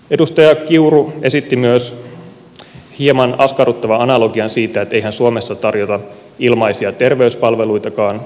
edustaja kiuru esitti myös hieman askarruttavan analogian siitä että eihän suomessa tarjota ilmaisia terveyspalveluitakaan ulkomaalaisille ihmisille